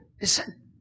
listen